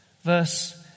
Verse